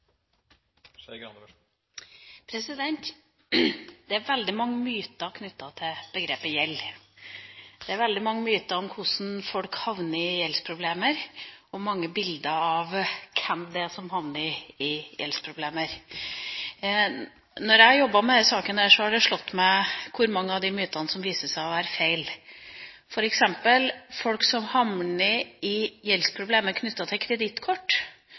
veldig mange myter knyttet til begrepet «gjeld». Det er veldig mange myter om hvordan folk havner i gjeldsproblemer, og det er mange bilder av hvem det er som havner i gjeldsproblemer. Da jeg jobbet med denne saken, slo det meg hvor mange av de mytene som viste seg å være gale. Når det f.eks. gjelder folk som havner i gjeldsproblemer knyttet til kredittkort,